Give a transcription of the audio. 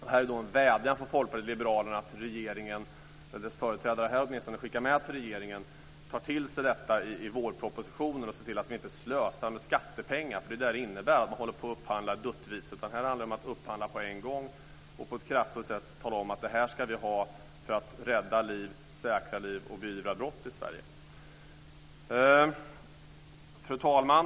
Här är en vädjan från Folkpartiet liberalerna att regeringens företrädare skickar med till regeringen att ta till sig av detta och ta med i vårpropositionen att inte slösa med skattepengar. Det är vad detta innebär när man upphandlar duttvis. Här handlar det om att upphandla en gång för alla och kraftfullt säga att detta behövs för att rädda liv, säkra liv och beivra brott i Sverige. Fru talman!